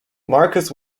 marcus